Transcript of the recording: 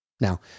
Now